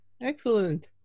excellent